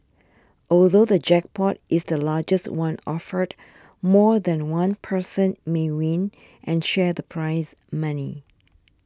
although the jackpot is the largest one offered more than one person may win and share the prize money